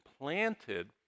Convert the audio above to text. planted